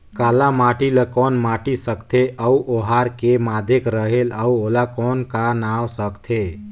काला माटी ला कौन माटी सकथे अउ ओहार के माधेक रेहेल अउ ओला कौन का नाव सकथे?